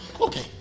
Okay